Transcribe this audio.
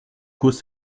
cause